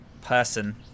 person